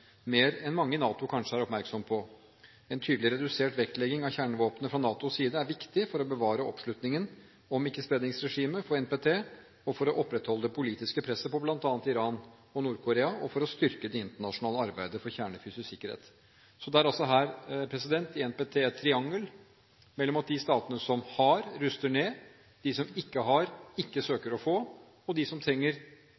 mer enn mange i NATO kanskje er oppmerksom på. En tydelig redusert vektlegging av kjernevåpnene fra NATOs side er viktig for å bevare oppslutningen om ikke-spredningsregimet, for NPT, for å opprettholde det politiske presset på bl.a. Iran og Nord-Korea og for å styrke det internasjonale arbeidet for kjernefysisk sikkerhet. Det er altså her et NPT-triangel, der de statene som har, ruster ned, de som ikke har, ikke